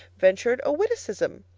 ventured a witticism.